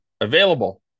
available